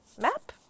Map